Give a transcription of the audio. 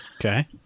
Okay